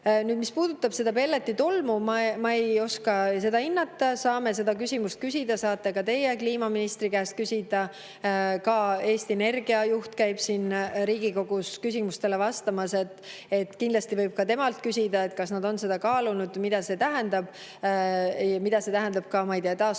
teeme. Nüüd, mis puudutab seda pelletitolmu – ma ei oska seda hinnata. Saame seda küsimust küsida, saate ka teie kliimaministri käest küsida. Ka Eesti Energia juht käib siin Riigikogus küsimustele vastamas, kindlasti võib ka temalt küsida, kas nad on seda kaalunud, mida see tähendab, ja mida see tähendab ka, ma ei tea,